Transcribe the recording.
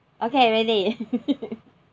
okay ready